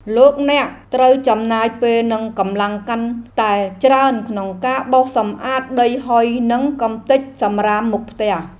លោកអ្នកត្រូវចំណាយពេលនិងកម្លាំងកាន់តែច្រើនក្នុងការបោសសម្អាតដីហុយនិងកម្ទេចសំរាមមុខផ្ទះ។